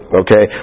okay